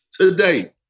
today